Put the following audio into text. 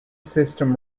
system